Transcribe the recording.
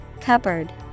Cupboard